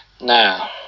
Now